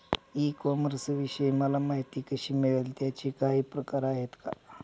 E कॉमर्सविषयी मला माहिती कशी मिळेल? त्याचे काही प्रकार आहेत का?